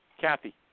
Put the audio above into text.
Kathy